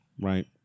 Right